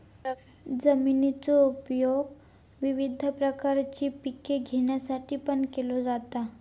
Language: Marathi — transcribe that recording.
जमिनीचो उपयोग विविध प्रकारची पिके घेण्यासाठीपण केलो जाता